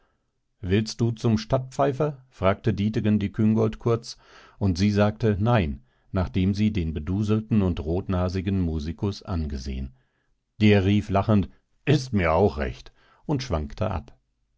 willst du zum stadtpfeifer fragte dietegen die küngolt kurz und sie sagte nein nachdem sie den beduselten und rotnasigen musikus angesehen der rief lachend ist mir auch recht und schwankte ab